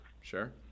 Sure